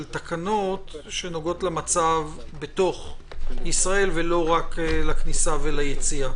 תקנות שנוגעות למצב בתוך ישראל ולא רק לכניסה וליציאה?